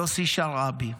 יוסי שרעבי.